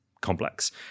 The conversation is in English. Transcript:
complex